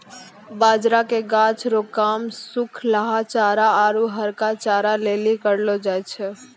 बाजरा के गाछ रो काम सुखलहा चारा आरु हरका चारा लेली करलौ जाय छै